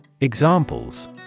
Examples